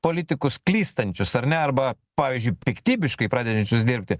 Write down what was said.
politikus klystančius ar ne arba pavyzdžiui piktybiškai pradedančius dirbti